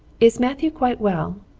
is matthew quite well?